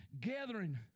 gathering